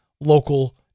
local